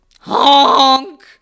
Honk